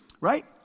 right